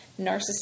narcissistic